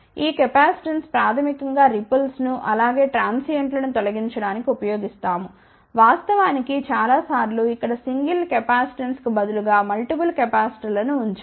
ఈ కెపాసిటెన్స్ ప్రాథమికం గా రిపుల్స్ ను అలాగే ట్రాన్సియెంట్లను తొలగించడానికి ఉపయోగిస్తాము వాస్తవానికి చాలాసార్లు ఇక్కడ సింగిల్ కెపాసిటెన్స్కు బదులుగా మల్టిపుల్ కెపాసిటర్ లను ఉంచాము